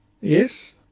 Yes